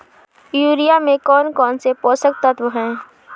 Urea में कौन कौन से पोषक तत्व है?